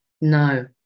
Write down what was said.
No